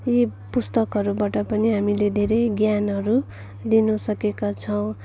यी पुस्तकहरूबाट पनि हामीले धेरै ज्ञानहरू लिन सकेका छौँ